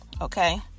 okay